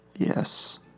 Yes